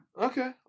Okay